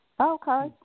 Okay